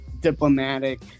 diplomatic